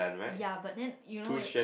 ya but then you know